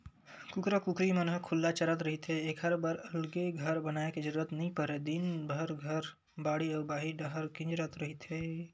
कुकरा कुकरी मन ह खुल्ला चरत रहिथे एखर बर अलगे घर बनाए के जरूरत नइ परय दिनभर घर, बाड़ी अउ बाहिर डाहर किंजरत रहिथे